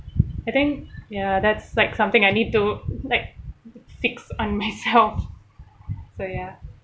I think ya that's like something I need to like fix on myself so ya